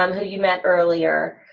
um who you met earlier,